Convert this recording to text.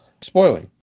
spoiling